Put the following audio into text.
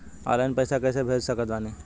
Online पैसा कैसे भेज सकत बानी?